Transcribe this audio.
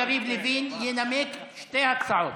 יריב ינמק שתי הצעות.